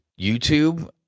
YouTube